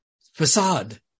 facade